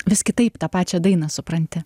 vis kitaip tą pačią dainą supranti